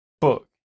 book